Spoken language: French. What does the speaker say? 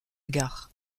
gare